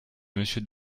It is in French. monsieur